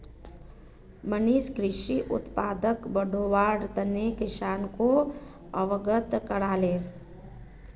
मनीष कृषि उत्पादनक बढ़व्वार तने किसानोक अवगत कराले